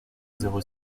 zéro